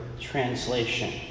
translation